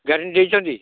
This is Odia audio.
ଗ୍ୟାରେଣ୍ଟି ଦେଇଛନ୍ତି